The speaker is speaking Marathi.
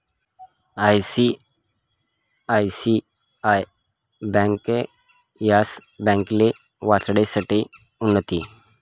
आय.सी.आय.सी.आय ब्यांक येस ब्यांकले वाचाडासाठे उनथी